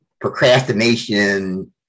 procrastination